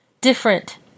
different